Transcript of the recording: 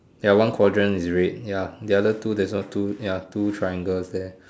ya one quadrant is red ya the other two there's a two ya two triangles there